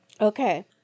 Okay